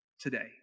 today